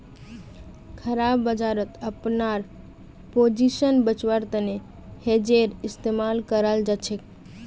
खराब बजारत अपनार पोजीशन बचव्वार तने हेजेर इस्तमाल कराल जाछेक